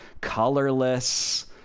colorless